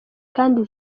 kandi